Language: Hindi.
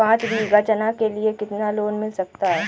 पाँच बीघा चना के लिए कितना लोन मिल सकता है?